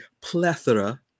plethora